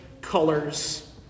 colors